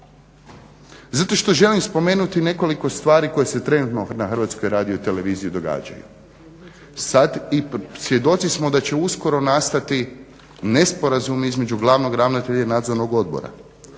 Zato što želim spomenuti nekoliko stvari koje se trenutno na HRT-u događaju. Sada i svjedoci smo da će uskoro nastati nesporazum između glavnog ravnatelja i nadzornog odbora,